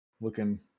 looking